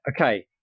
Okay